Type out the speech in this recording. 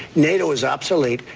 nato is obsolete,